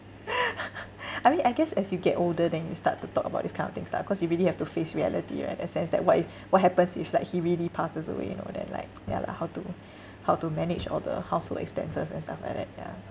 I mean I guess as you get older then you start to talk about these kind of things lah cause you really have to face reality right in the sense that what if what happens if like he really passes away you know then like ya lah how to how to manage all the household expenses and stuff like that yeah so